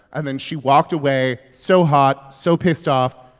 and then she walked away so hot, so pissed off,